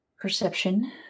perception